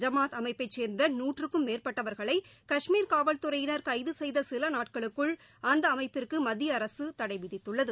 ஜமாத் அமைப்பைச் சேர்ந்த நூற்றுக்கும் மேற்பட்டவர்களை காஷ்மீர் காவல் துறையினர் கைது செய்த சில நாட்களுக்குள் அந்த அமைப்பிற்கு மத்திய அரசு தடை விதித்துள்ளது